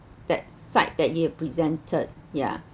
that side that he had presented yeah